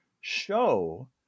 show